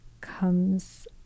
comes